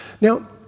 Now